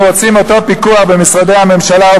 אנו רוצים את אותו פיקוח במשרדי הממשלה,